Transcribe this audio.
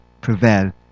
prevail